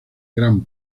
gran